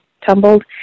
tumbled